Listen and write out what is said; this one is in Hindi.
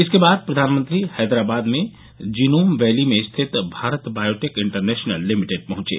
इसके बाद प्रधानमंत्री हैदराबाद में जिनोम वैली में स्थित भारत बायोटेक इंटरनेशनल लिमिटेड पहुंचे